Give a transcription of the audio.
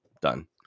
Done